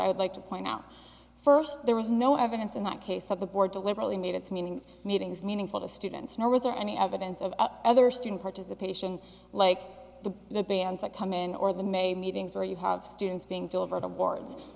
i would like to point out first there was no evidence in that case that the board deliberately made its meaning meetings meaningful to students nor was there any evidence of other student participation like the the bands that come in or the may meetings where you have students being delivered awards